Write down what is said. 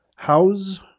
House